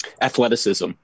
athleticism